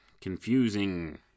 confusing